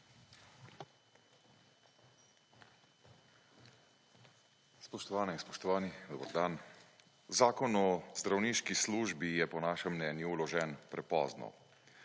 Spoštovane in spoštovani, dober dan! Zakon o zdravniški službi je po našem mnenju vložen prepozno.